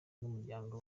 n’umuryango